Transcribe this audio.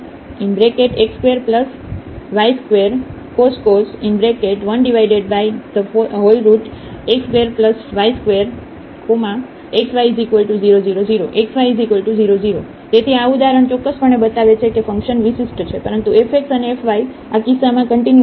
fxyx2y2cos 1x2y2 xy00 0xy00 તેથી આ ઉદાહરણ ચોક્કસપણે બતાવે છે કે ફંકશન વિશિષ્ટ છે પરંતુ f x અને f y આ કિસ્સામાં કન્ટીન્યુઅસ નથી